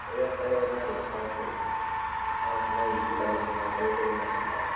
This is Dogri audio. ओह्दे आस्तै एह् बनाए दा हा इक क्हावत बनाई दी ही कि पल्लै नीं फक्क ते जनगनाथें गी तक्क